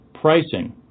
pricing